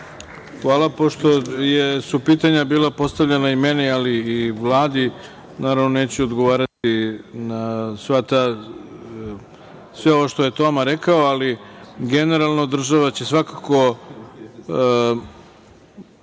Hvala. Pošto su pitanja bila postavljena i meni, ali i Vladi, naravno neću odgovarati na sve ovo što je Toma rekao, ali generalno država će svakako